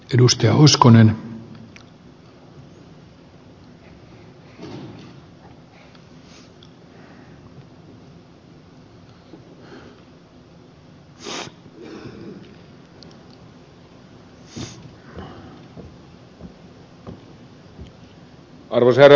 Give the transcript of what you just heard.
arvoisa herra puhemies